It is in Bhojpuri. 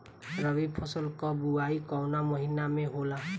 रबी फसल क बुवाई कवना महीना में होला?